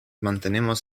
mantenemos